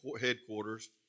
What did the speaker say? headquarters